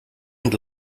und